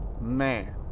man